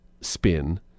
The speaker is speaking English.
spin